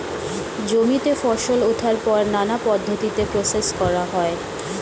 জমিতে ফসল ওঠার পর নানা পদ্ধতিতে প্রসেস করা হয়